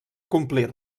complir